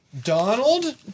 Donald